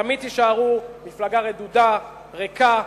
תמיד תישארו מפלגה רדודה, ריקה,